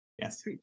Yes